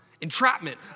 Entrapment